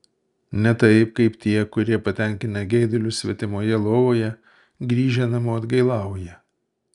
ne taip kaip tie kurie patenkinę geidulius svetimoje lovoje grįžę namo atgailauja